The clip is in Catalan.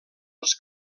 els